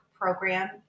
program